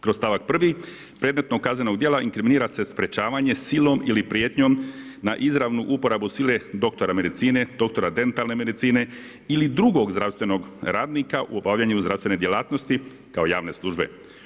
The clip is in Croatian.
Kroz st. 1. predmetnog kaznenog djela inkriminira se sprečavanje silom ili prijetnjom na izravnu uporabu sile doktora medicine, doktora dentalne medicine ili drugog zdravstvenog radnika u obavljanju zdravstvene djelatnosti kao javne službe.